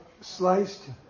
sliced